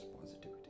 positivity